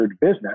business